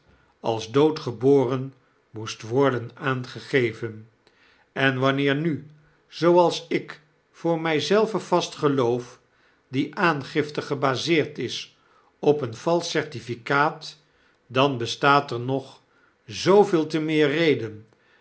als doodgeboren moest worden aangegeven enwanneer mi zooals ik voor mij zelven vast geloof die aangifte gebaseerd is op een valsch certificaat dan bestaat er nog zooveel te meer reden